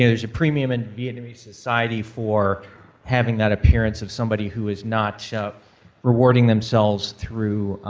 it was a premium in vietnamese society for having that appearance of somebody who is not rewarding themselves through